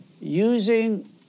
using